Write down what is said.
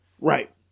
Right